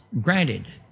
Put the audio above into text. granted